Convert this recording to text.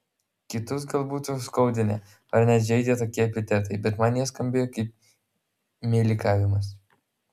kitus gal būtų skaudinę ar net žeidę tokie epitetai bet man jie skambėjo kaip meilikavimas